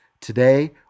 today